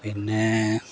പിന്നെ